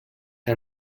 que